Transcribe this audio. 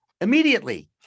immediately